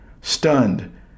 Stunned